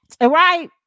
right